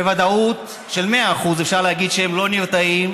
בוודאות של מאה אחוז אפשר להגיד שהם לא נרתעים,